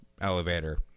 elevator